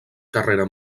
carrera